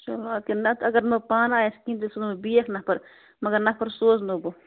چلو اَدٕ کیٛاہ نَتہٕ اگر بہٕ پانہٕ آیَس کِہیٖنٛۍ تیٚلہِ سوزَو بہٕ بیٛاکھ نفر مگر نفر سوزنَو بہٕ